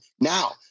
now